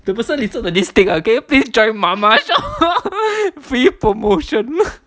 the person listening to this thing ah can you please join mama shop free promotion